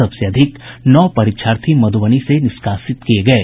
सबसे अधिक नौ परीक्षार्थी मध्रबनी में निष्कासित किये गये